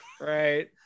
Right